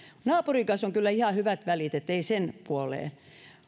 naapurin kanssa on kyllä ihan hyvät välit ettei sen puoleen